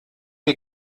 die